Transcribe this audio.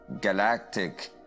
galactic